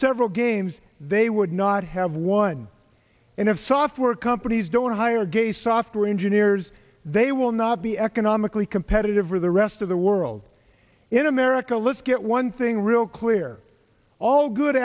several games they would not have one and if software companies don't hire gay software engineers they will not be economically competitive for the rest of the world in america let's get one thing real clear all good